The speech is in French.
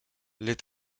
les